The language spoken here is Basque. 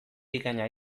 bikaina